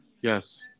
Yes